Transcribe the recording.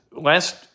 last